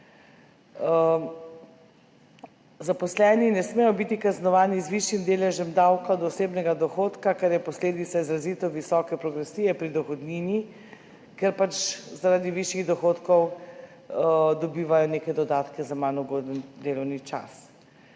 Zaposleni ne smejo biti kaznovani z višjim deležem davka od osebnega dohodka, kar je posledica izrazito visoke progresije pri dohodnini, ker pač zaradi višjih dohodkov dobivajo neke dodatke za manj ugoden delovni čas